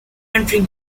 entering